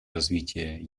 развития